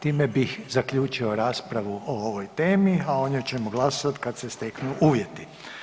Time bih zaključio raspravu o ovoj temi, a o njoj ćemo glasovati kad se steknu uvjeti.